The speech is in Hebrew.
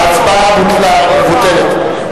ההצבעה מבוטלת.